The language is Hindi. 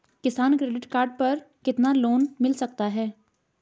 किसान क्रेडिट कार्ड पर कितना लोंन मिल सकता है?